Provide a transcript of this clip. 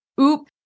oop